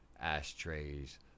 ashtrays